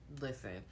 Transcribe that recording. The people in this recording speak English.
Listen